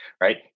right